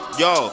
yo